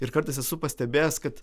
ir kartais esu pastebėjęs kad